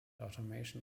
automation